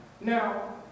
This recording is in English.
Now